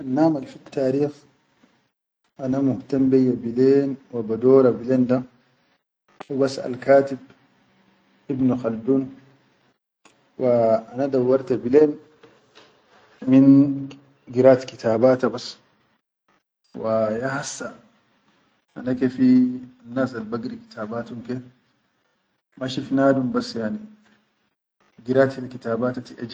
Annam al fi tarikm ana muhtain beha bilen wa badora biken da hubass al katib ibni khaldom wa ana dauwarta bilen min ginat kitaba bas wa ya hassa ana ke fi nas al bagiri kitaba tum ma shif nadum bas yani gitat hil kitabara.